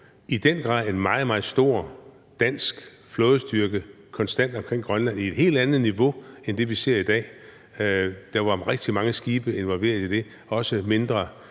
i den grad en meget, meget stor dansk flådestyrke konstant omkring Grønland på et helt andet niveau end det, vi ser i dag. Der var rigtig mange skibe involveret i det, også mindre